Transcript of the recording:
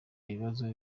ibibazo